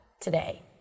today